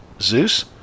Zeus